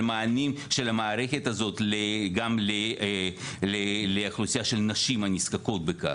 המענים של המערכת הזאת גם לאוכלוסייה של נשים הנזקקות בכך.